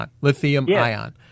lithium-ion